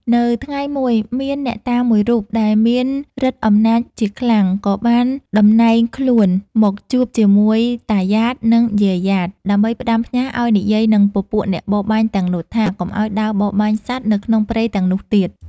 នៅថ្ងៃមួយ មានអ្នកតាមួយរូបដែលមានឬទ្ធិអំណាចជាងគេ ក៏បានតំណែងខ្លួនមកជួបជាមួយតាយ៉ាត និង យាយយ៉ាត ដើម្បីផ្ដាំផ្ញើរឱ្យនិយាយនឹងពពួកអ្នកបរបាញ់ទាំងនោះថា កុំឱ្យដើរបរបាញ់សត្វនៅក្នុងព្រៃទាំងនោះទៀត។